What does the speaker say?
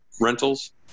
rentals